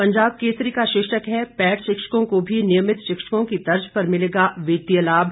पंजाब केसरी का शीर्षक है पैट शिक्षकों को भी नियमित शिक्षकों की तर्ज पर मिलेगा वित्तीय लाभ